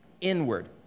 inward